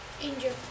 angel